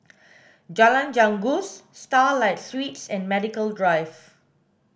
Jalan Janggus Starlight Suites and Medical Drive